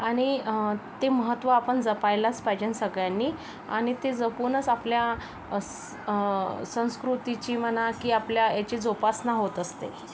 आणि ते महत्त्व आपण जपायलाच पाहिजे सगळ्यांनी आणि ते जपूनच आपल्या स्स संस्कृतीची म्हणा की आपल्या याची जोपासना होत असते